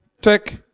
Tick